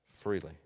freely